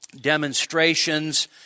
demonstrations